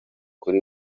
kuri